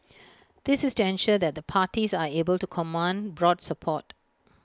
this is to ensure that the parties are able to command broad support